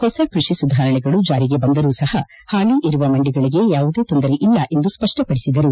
ಹೊಸ ಕೃಷಿ ಸುಧಾರಣೆಗಳು ಜಾರಿಗೆ ಬಂದರೂ ಸಹ ಹಾಲಿ ಇರುವ ಮಂಡಿಗಳಿಗೆ ಯಾವುದೇ ತೊಂದರೆಯಲ್ಲ ಎಂದು ಸ್ಪಷ್ಟಪಡಿಸಿದರು